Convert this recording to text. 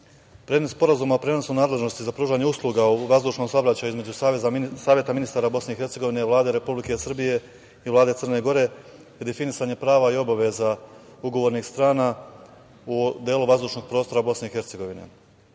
predmet Sporazuma o prenosu nadležnosti za pružanje usluga u vazdušnom saobraćaju između Saveta ministara BiH i Vlade Republike Srbije i Vlade Crne Gore je definisanje prava i obaveza ugovornih strana u delu vazdušnog prostora BiH.Cilj